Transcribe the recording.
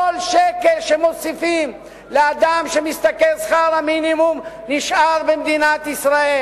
כל שקל שמוסיפים לאדם שמשתכר שכר מינימום נשאר במדינת ישראל,